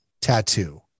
tattoo